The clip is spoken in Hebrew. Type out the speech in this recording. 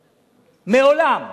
מעולם,